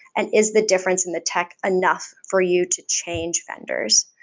and is the difference in the tech enough for you to change vendors?